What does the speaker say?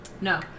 No